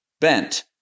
bent